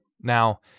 Now